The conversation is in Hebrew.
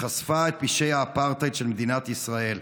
שחשפה את פשעי האפרטהייד של מדינת ישראל.